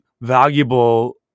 valuable